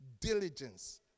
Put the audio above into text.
diligence